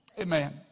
Amen